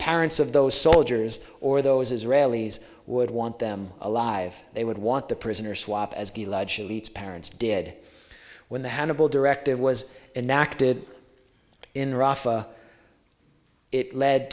parents of those soldiers or those israelis would want them alive they would want the prisoner swap as parents did when the hannibal directive was enacted in iraq it led